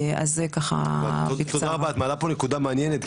את מעלה פה נקודה מעניינת,